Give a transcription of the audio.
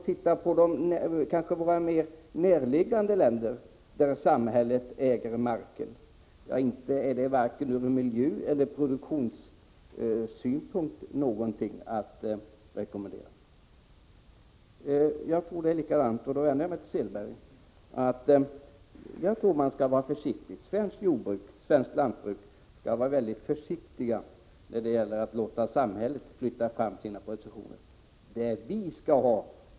Titta också på mer närliggande länder, där samhället äger marken. Det är inte någonting att rekommendera varken ur miljöeller produktionssynpunkt. Jag vill vända mig till Åke Selberg och säga, att jag tror att svenskt jordbruk och svenskt skogsbruk skall vara mycket försiktiga när det gäller att låta samhället flytta fram sina positioner.